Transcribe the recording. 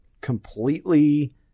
completely